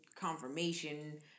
confirmation